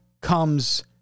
comes